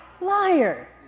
liar